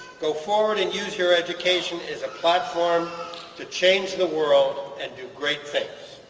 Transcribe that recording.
go forward and use your education as a platform to change the world and do great things.